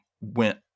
went